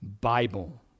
Bible